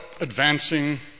advancing